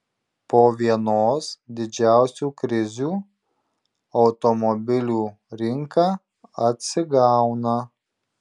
po vienos didžiausių krizių automobilių rinka atsigauna